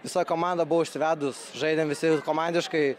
visa komanda buvo užsivedus žaidėm visi komandiškai